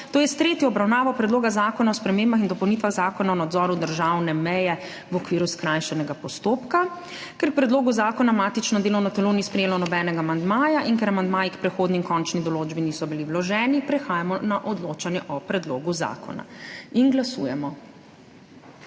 to je s tretjo obravnavo Predloga zakona o spremembah in dopolnitvah Zakona o nadzoru državne meje v okviru skrajšanega postopka. Ker k predlogu zakona matično delovno telo ni sprejelo nobenega amandmaja in ker amandmaji k prehodni in končni določbi niso bili vloženi, prehajamo na odločanje o predlogu zakona. Glasujemo.